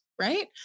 right